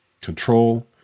control